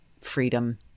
freedom